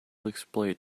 exploit